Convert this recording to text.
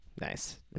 Nice